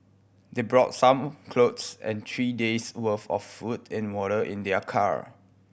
they brought some cloth and three day's worth of food and water in their car